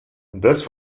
this